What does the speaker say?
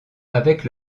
avec